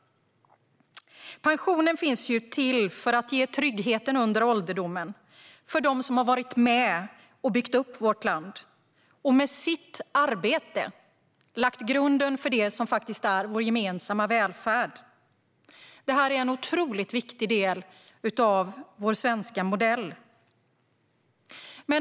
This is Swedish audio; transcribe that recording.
Pensionen är till för att ge trygghet under ålderdomen till dem som har varit med och byggt upp vårt land och med sitt arbete lagt grunden till det som är vår gemensamma välfärd. Det är en mycket viktig del av vår svenska modell.